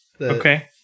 Okay